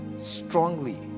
strongly